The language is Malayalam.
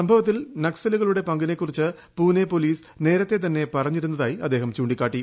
സംഭവത്തിൽ നക്സലുകളുടെ പങ്കിനെ കുറിച്ച് പൂനെ പോലീസ് നേരത്തെ തന്നെ പറഞ്ഞിരുന്നതായി അദ്ദേഹം ചൂണ്ടിക്കാട്ടി